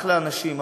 אחלה אנשים.